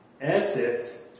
assets